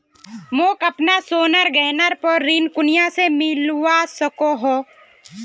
मोक अपना सोनार गहनार पोर ऋण कुनियाँ से मिलवा सको हो?